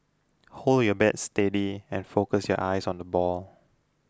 hold your bat steady and focus your eyes on the ball